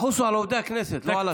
תחוסו על עובדי הכנסת, לא על עצמכם.